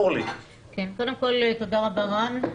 אורלי קודם כל, רן,